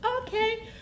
Okay